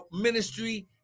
ministry